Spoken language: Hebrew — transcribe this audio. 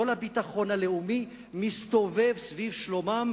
כל הביטחון הלאומי מסתובב סביב שלומם